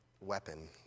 weapon